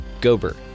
Gober